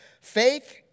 Faith